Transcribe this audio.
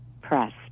Press